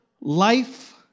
life